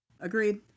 Agreed